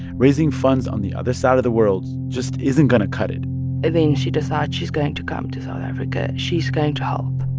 raising funds on the other side of the world just isn't going to cut it then she decides she's going to come to south africa. she's going to help